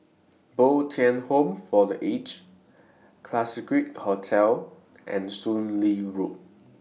Bo Tien Home For The Aged Classique Hotel and Soon Lee Road